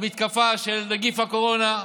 המתקפה של נגיף הקורונה,